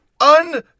un-